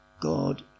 God